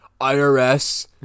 IRS